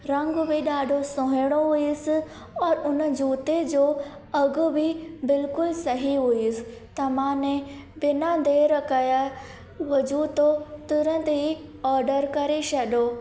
रंग बि ॾाढो सुहिणो हुयुसि और उन जूते जो अघ बि बिल्कुलु सही हुयुसि त माने बिना देरि कयो उहो जूतो तुरंत ई ऑडर करे छॾो